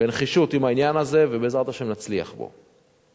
בנחישות עם העניין הזה, ובעזרת השם נצליח פה.